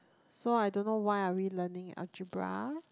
so I don't why are we learning algebra